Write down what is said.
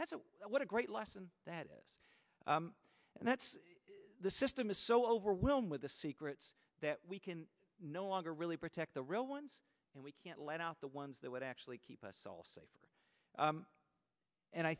that's what a great lesson that is and that's the system is so overwhelmed with the secrets that we can no longer really protect the real ones and we can't let out the ones that would actually keep us all safe and i